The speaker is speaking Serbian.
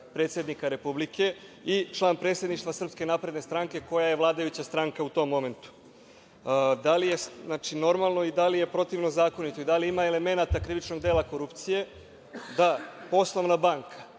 predsednika Republike i član predsedništva SNS koja je vladajuća stranka u tom momentu. Da li je normalno, da li je protivzakonito i da li ima elemenata krivičnog dela korupcije da poslovna banka